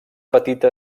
petita